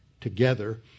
together